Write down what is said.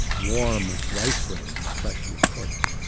warm rice grains freshly cooked,